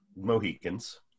Mohicans